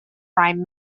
prime